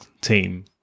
team